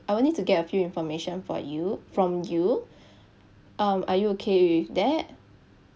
I will need to get a few information for you from you um are you okay with that